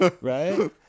right